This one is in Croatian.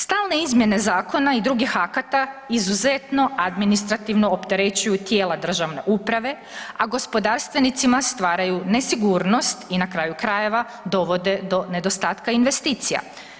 Stalne izmjene zakona i drugih akata izuzetno administrativno opterećuju tijela državne uprave, a gospodarstvenicima stvaraju nesigurnost i na kraju krajeva dovode do nedostatka investicija.